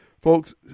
Folks